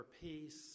peace